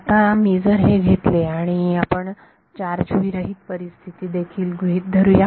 आता मी जर हे घेतले आणि आपण चार्ज विरहित परिस्थिती देखील गृहीत धरूया